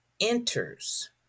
enters